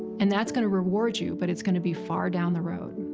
and that's going to reward you, but it's going to be far down the road,